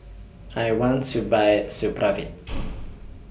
I want to Buy Supravit